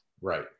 Right